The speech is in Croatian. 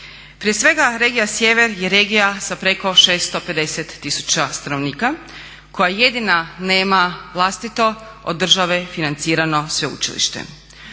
Prije svega regija sjever je regija sa preko 650 tisuća stanovnika koja jedina nema vlastito od države financirano sveučilište.